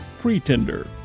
pretender